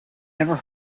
never